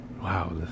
Wow